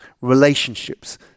relationships